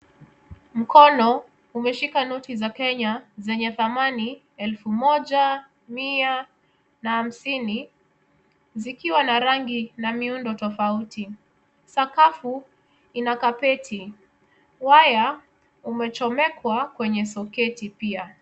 Mkono umeshika noti za Kenya zenye thamani elfu moja, mia na hamsini zikiwa na rangi na miundo tofauti. Sakafu ina kapeti . Waya umechomekwa kwenye soketi pia.